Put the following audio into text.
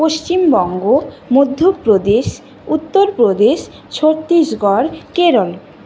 Paschimbanga Madhya Pradesh Uttar Pradesh Chhattisgarh Kerala